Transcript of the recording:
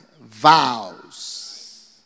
vows